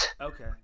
Okay